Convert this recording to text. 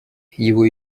его